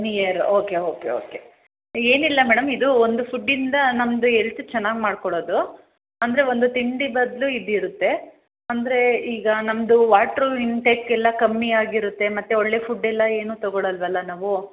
one year okay okay okay ಏನಿಲ್ಲ madam ಇದು ಒಂದು ಪುಡ್ಡಿಂದ ನಮ್ದು ಎಲ್ತ್ ಚೆನ್ನಾಗಿ ಮಾಡ್ಕೊಳ್ಳೋದು ಅಂದರೆ ಒಂದು ತಿಂಡಿ ಬದಲು ಇದು ಇರುತ್ತೆ ಅಂದರೆ ಈಗ ನಮ್ಮದು ವಾಟ್ರ್ ಇಂಟೆಕ್ ಎಲ್ಲ ಕಮ್ಮಿ ಆಗಿರುತ್ತೆ ಮತ್ತು ಒಳ್ಳೆ ಫುಡ್ಡೆಲ್ಲ ಏನು ತಗೊಳ್ಳಲ್ವಲ್ಲ ನಾವು